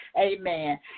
Amen